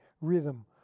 rhythm